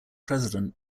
president